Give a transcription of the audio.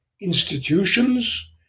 institutions